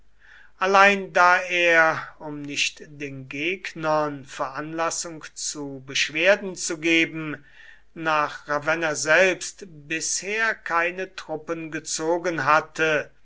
allein da er um nicht den gegnern veranlassung zu beschwerden zu geben nach ravenna selbst bisher keine truppen gezogen hatte